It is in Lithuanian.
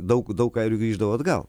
daug daug airių grįždavo atgal